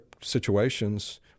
situations